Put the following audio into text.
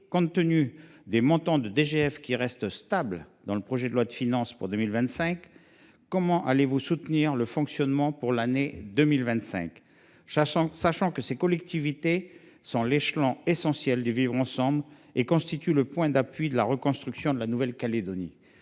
compte tenu des montants de DGF, qui restent stables dans le PLF pour 2025, comment allez vous soutenir leur fonctionnement pour l’année 2025, sachant que ces collectivités sont l’échelon essentiel du vivre ensemble et constituent le point d’appui de la reconstruction de la Nouvelle Calédonie